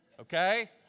Okay